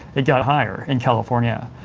it got higher in california,